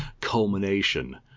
culmination